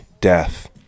death